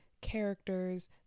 characters